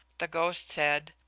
the ghost said,